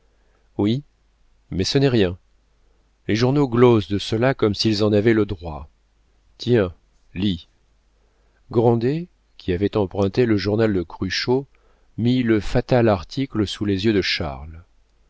oui mais ce n'est rien les journaux glosent de cela comme s'ils en avaient le droit tiens lis grandet qui avait emprunté le journal de cruchot mit le fatal article sous les yeux de charles